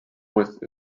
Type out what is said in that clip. with